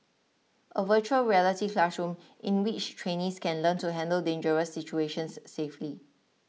a Virtual Reality classroom in which trainees can learn to handle dangerous situations safely